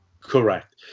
Correct